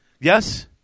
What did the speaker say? Yes